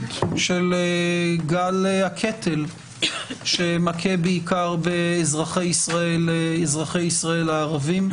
של גל הקטל שמכה בעיקר באזרחי ישראל הערבים.